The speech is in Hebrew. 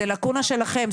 סליחה, זו לקונה שלכם.